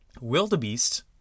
Wildebeest